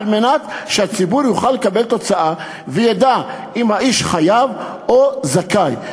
כדי שהציבור יוכל לקבל תוצאה וידע אם האיש חייב או זכאי,